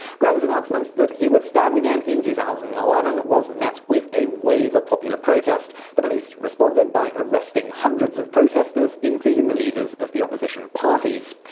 guellah's announcement that he would stand again in two thousand and eleven was met by a wave of popular protest. the police responded by arresting hundreds of protestors, including the leaders of the opposition parties.